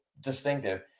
distinctive